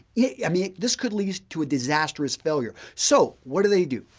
yeah i mean this could lead to a disastrous failure. so, what did they do?